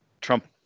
Trump